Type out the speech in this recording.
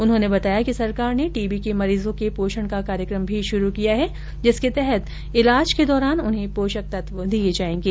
उन्होंने बताया कि सरकार ने टी बी के मरीजों के पोषण का कार्यक्रम भी शुरू किया है जिसके तहत इलाज के दौरान उन्हें पोषक तत्व दिए जायें गे